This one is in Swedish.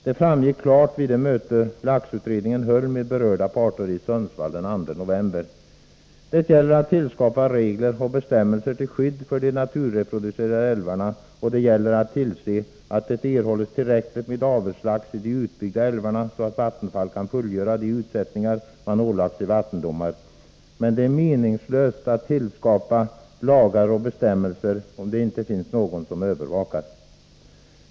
Det framgick klart vid det möte laxutredningen höll med berörda parter i Sundsvall den 2 november. Det gäller att tillskapa regler och bestämmelser till skydd för de naturreproducerande älvarna, och det gäller att tillse att det erhålls tillräckligt med avelslax i de utbyggda älvarna, så att Vattenfall kan fullgöra de utsättningar man ålagts i vattendomar. Men det är meningslöst att tillskapa lagar och bestämmelser om det inte finns någon som övervakar.